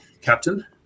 Captain